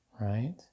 right